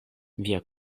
via